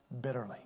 bitterly